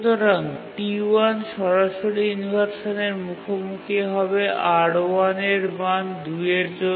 সুতরাং T1 সরাসরি ইনভারসানের মুখোমুখি হবে R1 এর মান ২ এর জন্য